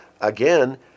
again